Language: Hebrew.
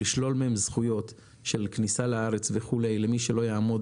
לשלול מהם זכויות של כניסה לארץ וכו' למי שלא יעמוד